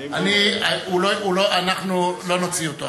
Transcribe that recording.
אנחנו לא נוציא אותו.